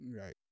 right